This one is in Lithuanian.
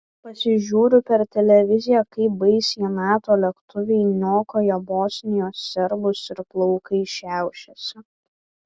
pasižiūriu per televiziją kaip baisiai nato lėktuvai niokoja bosnijos serbus ir plaukai šiaušiasi